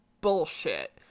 bullshit